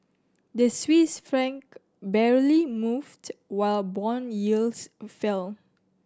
the Swiss franc barely moved while bond yields fell